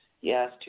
Yes